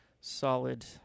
solid